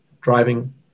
driving